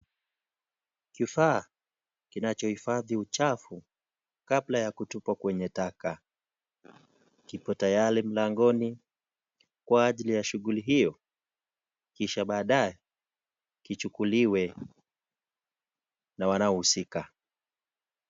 Kifaa kinacho hifadhi uchafu, kabla ya kutupwa kwenye taka, kipo tayari mlangoni kwa ajili ya shughuli hio kisha baadae kichukuliwe, na wanaohusika.